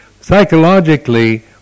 psychologically